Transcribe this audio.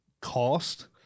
cost